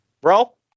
bro